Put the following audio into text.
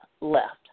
Left